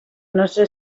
nostra